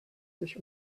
sich